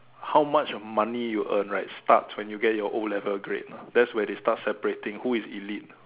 how much money you earn right starts when you get your O-level grade lah that's where they start separating who is elite